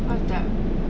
what is that